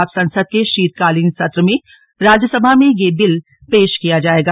अब संसद के शीतकालीन सत्र में राज्य सभा में यह बिल पेश किया जाएगा